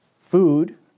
food